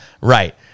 right